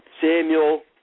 Samuel